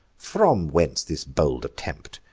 from whence this bold attempt,